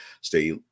stay